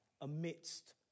amidst